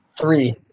Three